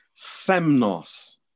semnos